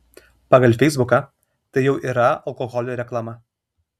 pagal feisbuką tai jau yra alkoholio reklama